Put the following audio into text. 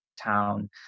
town